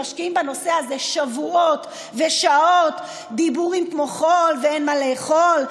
שמשקיעים בנושא הזה שבועות ושעות: דיבורים כמו חול ואין מה לאכול,